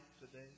today